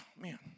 Man